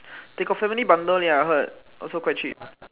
they got family bundle leh I heard also quite cheap